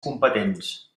competents